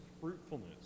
fruitfulness